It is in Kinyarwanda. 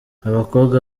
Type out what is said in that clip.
abakobwa